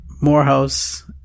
Morehouse